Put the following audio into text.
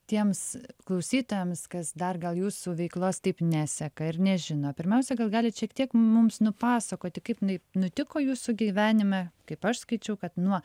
tiems klausytojams kas dar gal jūsų veiklos taip neseka ir nežino pirmiausia gal galit šiek tiek mums nupasakoti kaip jinai nutiko jūsų gyvenime kaip aš skaičiau kad nuo